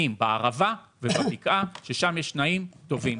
בערבה ובבקעה, ששם יש תנאים טובים.